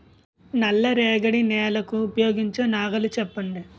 నల్ల రేగడి నెలకు ఉపయోగించే నాగలి చెప్పండి?